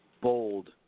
bold